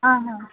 हा हा